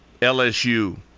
LSU